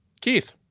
Keith